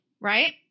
right